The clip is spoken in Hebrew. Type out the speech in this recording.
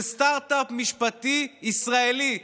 זה סטרטאפ משפטי ישראלי,